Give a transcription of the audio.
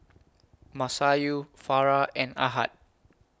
Masayu Farah and Ahad